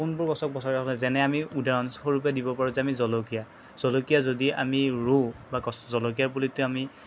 কোনবোৰ গছক বচাই ৰাখো যেনে আমি উদাহৰণস্বৰূপে দিব পাৰো যে আমি জলকীয়া জলকীয়া যদি আমি ৰোওঁ বা গছ জলকীয়া পুলিটো আমি